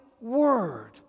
word